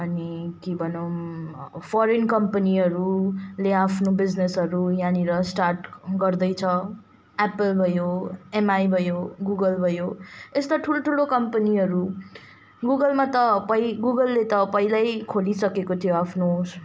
अनि के भनौँ फरेन कम्पनीहरूले आफ्नो बिजिनेसहरू यहाँनिर स्टार्ट गर्दैछ एप्पल भयो एमआइ भयो गुगल भयो यस्ता ठुल्ठुलो कम्पनीहरू गुगलमा त गुगलले त पहिलै खोलिसकेको थियो आफ्नो